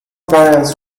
variants